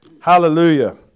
Hallelujah